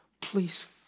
Please